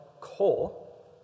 coal